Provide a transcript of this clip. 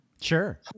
Sure